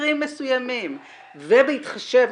במקרים מסוימים ובהתחשב,